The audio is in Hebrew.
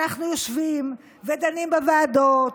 אנחנו יושבים ודנים בוועדות,